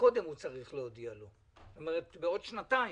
זאת אומרת, בעוד שנתיים.